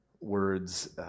Words